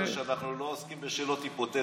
מעבר לזה שאנחנו לא עוסקים בשאלות היפותטיות.